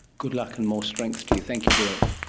good luck and more strength to you. thank you bill.